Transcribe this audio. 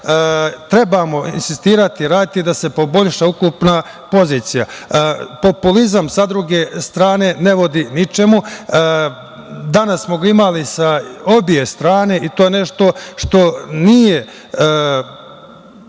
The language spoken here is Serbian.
trebamo insistirati, raditi da se poboljša ukupna pozicija. Sa druge strane, populizam ne vodi ničemu. Danas smo ga imali sa obe strane i to je nešto što nije